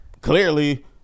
clearly